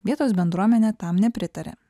vietos bendruomenė tam nepritarė